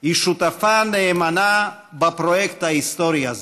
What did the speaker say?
היא שותפה נאמנה בפרויקט ההיסטורי הזה.